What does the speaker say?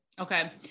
Okay